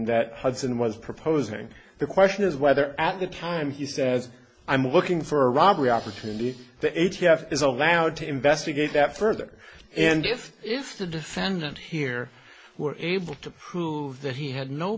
that hudson was proposing the question is whether at the time he says i'm looking for a robbery opportunity the a t f is allowed to investigate that further and if if the defendant here were able to prove that he had no